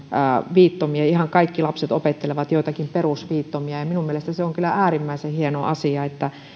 viittomia ihan kaikki lapset opettelevat joitakin perusviittomia minun mielestäni se on kyllä äärimmäisen hieno asia